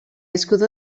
escudo